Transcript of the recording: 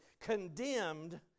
condemned